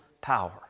power